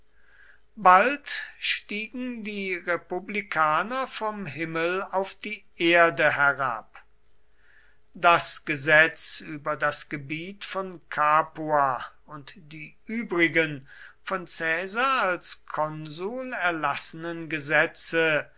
bald stiegen die republikaner vom himmel auf die erde herab das gesetz über das gebiet von capua und die übrigen von caesar als konsul erlassenen gesetze